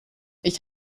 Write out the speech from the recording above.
ich